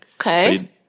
Okay